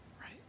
Right